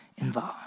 involved